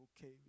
okay